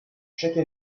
chaque